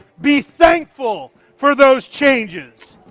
be thankful for those changes.